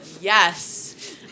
Yes